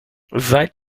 seid